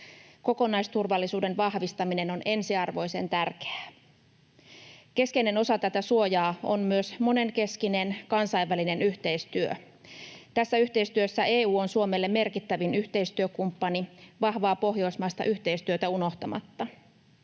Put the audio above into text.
Kokonaisturvallisuuden vahvistaminen on ensiarvoisen tärkeää. Keskeinen osa tätä suojaa on myös monenkeskinen kansainvälinen yhteistyö. Tässä yhteistyössä EU on Suomelle merkittävin yhteistyökumppani, vahvaa pohjoismaista yhteistyötä unohtamatta.